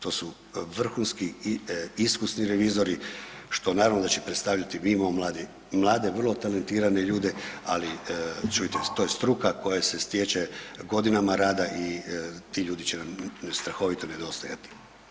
To su vrhunski iskusni revizori, što naravno da će predstavljati, mi imamo mlade, vrlo talentirane ljude, ali čujte, to je struka koja se stječe godinama rada i ti ljudi će nam strahovito nedostajati.